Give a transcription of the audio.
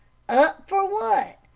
up for what?